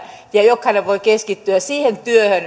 ja jokainen voi keskittyä siihen